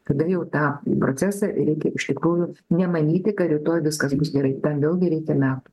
kada jau tą procesą reikia iš tikrųjų nemanyti kad rytoj viskas bus gerai tam vėl gi reikia metų